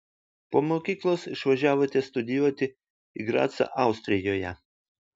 po mokyklos išvažiavote studijuoti į gracą austrijoje